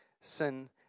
sin